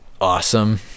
awesome